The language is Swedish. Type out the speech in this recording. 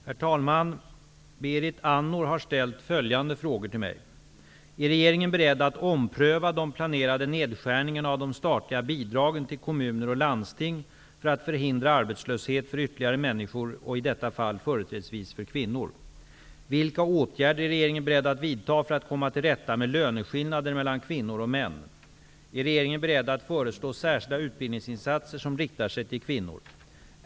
Herr talman! Berit Andnor har ställt följande frågor till mig. Är regeringen beredd att ompröva de planerade nedskärningarna av de statliga bidragen till kommuner och landsting för att förhindra arbetslöshet för ytterligare människor och i detta fall företrädesvis för kvinnor?